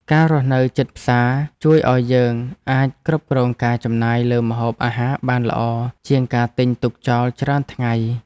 ការរស់នៅជិតផ្សារជួយឱ្យយើងអាចគ្រប់គ្រងការចំណាយលើម្ហូបអាហារបានល្អជាងការទិញទុកចោលច្រើនថ្ងៃ។